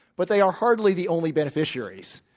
but they are hardly the only beneficiaries.